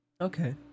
Okay